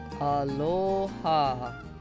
Aloha